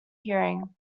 hearing